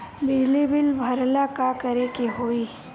बिजली बिल भरेला का करे के होई?